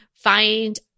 find